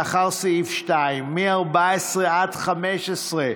2, מ-14 עד 15,